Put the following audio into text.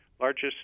largest